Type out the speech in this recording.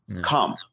Come